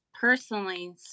personally